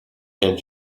and